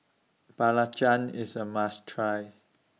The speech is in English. Belacan IS A must Try